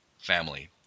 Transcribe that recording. family